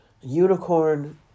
unicorn